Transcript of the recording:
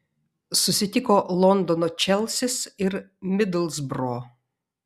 susitiko londono čelsis ir midlsbro